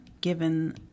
given